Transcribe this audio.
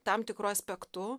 tam tikru aspektu